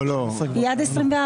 לא ביקשנו את זה לשנה.